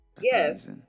Yes